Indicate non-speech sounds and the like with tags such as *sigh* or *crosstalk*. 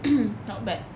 *noise* not bad